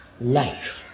life